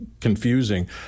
confusing